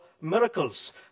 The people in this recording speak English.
miracles